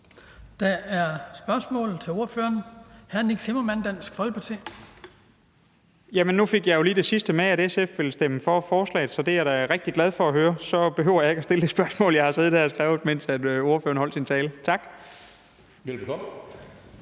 Der er spørgsmål til ordføreren. Hr. Nick Zimmermann, Dansk Folkeparti.